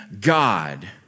God